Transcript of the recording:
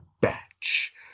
Batch